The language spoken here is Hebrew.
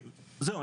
זהו,